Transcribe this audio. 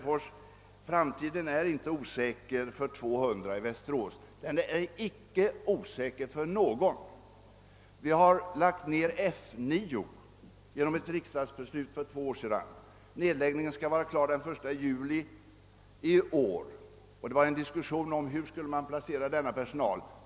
Framtiden är inte osäker för de 200 i Västerås; den är icke osäker för någon. Riksdagen beslöt för två år sedan att lägga ned F 9, och nedläggningen skall vara klar den 1 juli i år. Det fördes en diskussion om hur personalen skulle placeras.